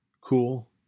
cool